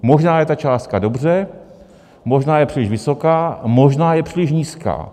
Možná je ta částka dobře, možná je příliš vysoká, možná je příliš nízká.